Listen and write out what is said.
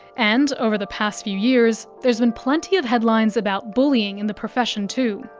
and, over the past few years, there's been plenty of headlines about bullying in the profession too.